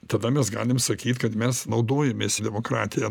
tada mes galim sakyt kad mes naudojamės demokratija